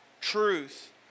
truth